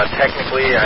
technically